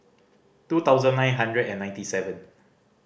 two thousand nine hundred and ninety seven